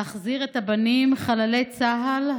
להחזיר את הבנים חללי צה"ל,